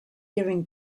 given